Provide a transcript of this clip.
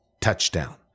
touchdown